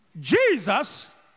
Jesus